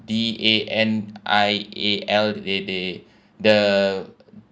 D A N I A L they they the